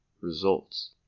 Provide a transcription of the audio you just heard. results